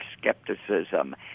skepticism